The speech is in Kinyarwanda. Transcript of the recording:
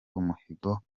umuhigo